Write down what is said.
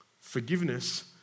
Forgiveness